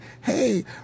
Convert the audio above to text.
Hey